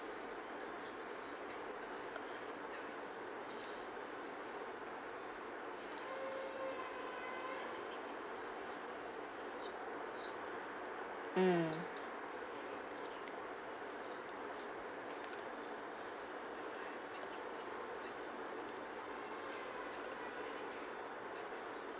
mm